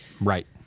Right